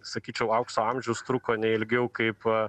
sakyčiau aukso amžius truko neilgiau kaip a